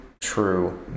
true